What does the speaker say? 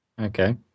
Okay